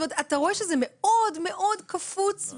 אתה רואה שזה מאוד מאוד קפוץ.